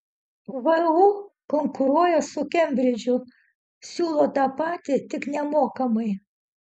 vu konkuruoja su kembridžu siūlo tą patį tik nemokamai